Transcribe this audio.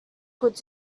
could